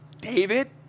David